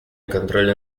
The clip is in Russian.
контроля